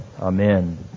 Amen